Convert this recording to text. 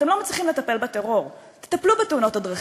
אתם לא מצליחים לטפל בטרור, טפלו בתאונות הדרכים,